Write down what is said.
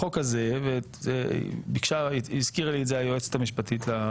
זאת הגבלה משמעותית.